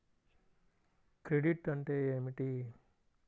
Credit అంటే ఏమిటి?